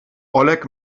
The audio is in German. oleg